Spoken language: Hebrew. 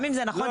גם אם זה נכון,